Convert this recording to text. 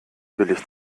billig